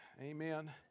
amen